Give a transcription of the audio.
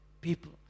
People